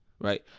right